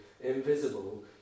invisible